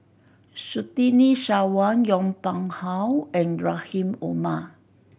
Surtini Sarwan Yong Pung How and Rahim Omar